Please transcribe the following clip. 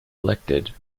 elected